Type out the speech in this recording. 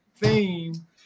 theme